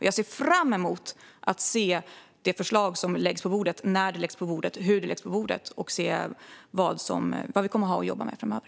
Jag ser fram emot att se det förslag som läggs på bordet, när det läggs på bordet och hur det läggs på bordet, och jag ser också fram emot att då se vad vi kommer att ha att jobba med.